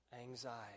anxiety